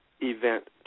event